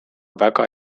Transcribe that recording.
väga